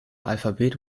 alphabet